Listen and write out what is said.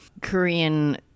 Korean